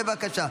בבקשה.